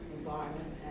environment